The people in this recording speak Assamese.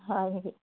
হয় নেকি